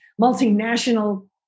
multinational